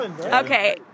Okay